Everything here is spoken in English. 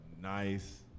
nice